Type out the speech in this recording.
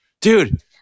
dude